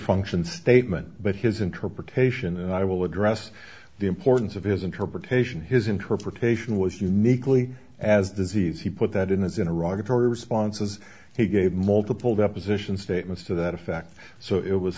function statement but his interpretation and i will address the importance of his interpretation his interpretation was uniquely as disease he put that in as in iraq a very responses he gave multiple deposition statements to that effect so it was